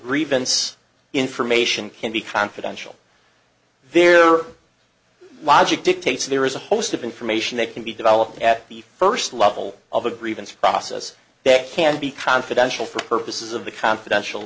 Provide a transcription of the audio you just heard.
grievance information can be confidential there logic dictates there is a host of information they can be developed at the first level of a grievance process that can be confidential for purposes of the confidential